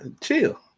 chill